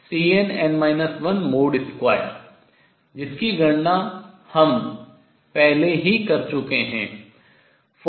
2 जिसकी गणना हम पहले ही कर चुके हैं 4ℏ2m0